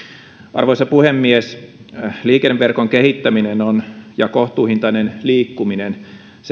arvoisa puhemies liikenneverkon kehittäminen ja kohtuuhintaisen liikkumisen